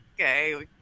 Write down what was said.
okay